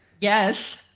Yes